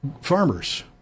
farmers